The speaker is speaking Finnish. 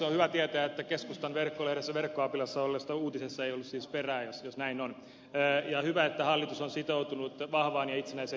on hyvä tietää jos näin on että keskustan verkkolehdessä verkkoapilassa olleessa uutisessa ei ollut siis perää ja hyvä että hallitus on sitoutunut vahvaan ja itsenäiseen ympäristöhallintoon